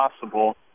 possible